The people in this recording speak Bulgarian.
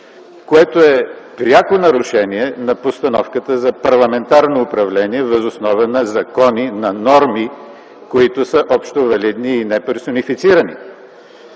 което е пряко нарушение на постановката на парламентарно управление въз основа на закони, на норми, които са общовалидни и неперсонифицирани.